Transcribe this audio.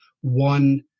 one